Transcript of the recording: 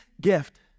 gift